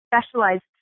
specialized